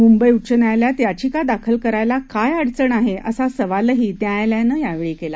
मुंबई उच्च न्यायालयात याचिका दाखल करायला काय अडचण आहे असा सवालही न्यायालयानं यावेळी केला